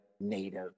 Native